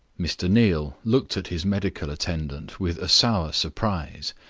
mr. neal looked at his medical attendant with a sour surprise.